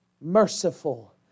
merciful